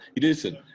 Listen